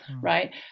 right